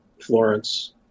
Florence